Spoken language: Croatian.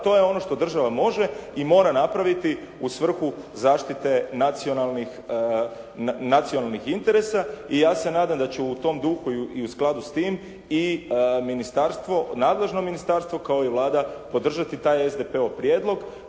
To je ono što država može i mora napraviti u svrhu zaštite nacionalnih interesa. I ja se nadam da će u tom duhu i u skladu s tim, nadležno ministarstvo kao i Vlada podržati taj SDP-ov prijedlog,